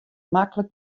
maklik